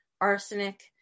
arsenic